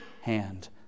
hand